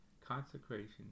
consecration